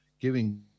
giving